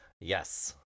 Yes